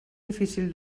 difícil